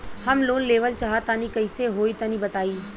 हम लोन लेवल चाहऽ तनि कइसे होई तनि बताई?